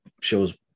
shows